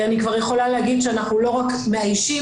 אני כבר יכולה להגיד שאנחנו לא רק מאיישים,